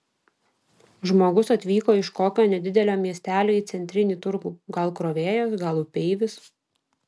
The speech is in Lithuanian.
žmogus atvyko iš kokio nedidelio miestelio į centrinį turgų gal krovėjas gal upeivis